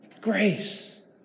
Grace